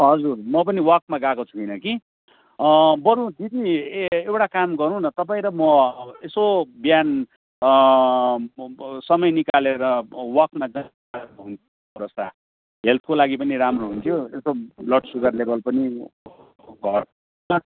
हजुर म पनि वाकमा गएको छुइनँ कि बरू दिदी ए एउटा काम गरौँ न तपाईँ र म यसो बिहान समय निकालेर वाकमा चौरस्ता हेल्थको लागि पनि राम्रो हुन्थ्यो यसो ब्लड सुगर लेबल पनि घट्ला